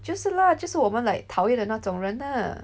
就是啦就是我们 like 讨厌的那种人啦